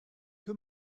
que